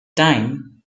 time